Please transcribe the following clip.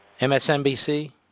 MSNBC